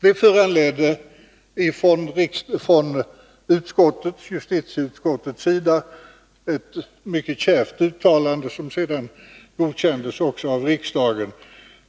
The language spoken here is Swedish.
Det föranledde från justitieutskottet ett mycket kärvt uttalande, som sedan godkändes av riksdagen.